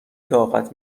طاقت